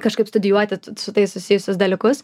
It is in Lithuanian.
kažkaip studijuoti su tais susijusius dalykus